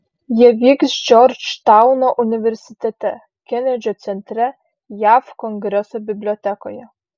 jie vyks džordžtauno universitete kenedžio centre jav kongreso bibliotekoje